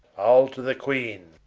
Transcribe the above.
ile to the queene.